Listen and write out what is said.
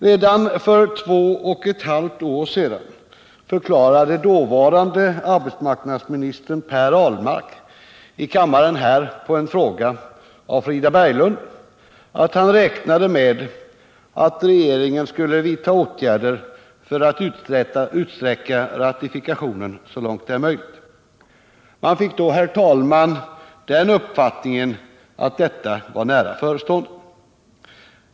Redan för två och ett halvt år sedan förklarade den dåvarande arbetsmarknadsministern Per Ahlmark som svar här i kammaren på en fråga av Frida Berglund att han räknade med att regeringen skulle vidta åtgärder för att utsträcka ratifikationen så långt det är möjligt. Man fick då, herr talman, uppfattningen att detta var nära förestående.